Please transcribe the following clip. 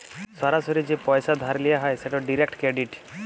সরাসরি যে পইসা ধার লিয়া হ্যয় সেট ডিরেক্ট ক্রেডিট